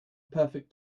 perfect